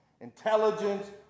Intelligence